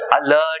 alert